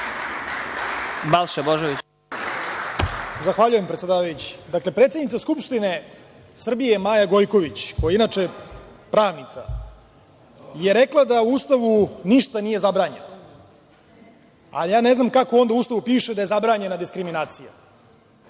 **Balša Božović** Zahvaljujem, predsedavajući. Predsednica Skupštine Srbije Maja Gojković, koja je inače pravnica, je rekla da po Ustavu ništa nije zabranjeno, ali ja ne znam kako onda u Ustavu piše da je zabranjena diskriminacija,